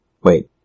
Wait